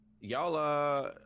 Y'all